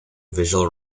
visual